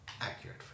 accurate